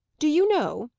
do you know?